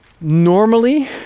normally